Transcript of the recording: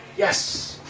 yes